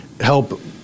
help